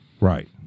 Right